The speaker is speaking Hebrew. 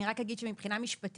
אני רק אגיד שמבחינה משפטית